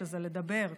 שזה לדבר,